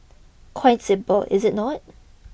quite simple is it not